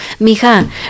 Mija